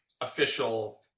official